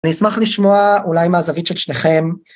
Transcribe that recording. אני אשמח לשמוע אולי מהזווית של שניכם